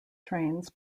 trains